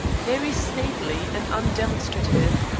very stately and undemonstrative.